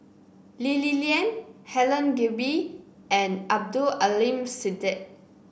Lee Li Lian Helen Gilbey and Abdul Aleem Siddique